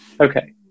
Okay